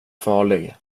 farlig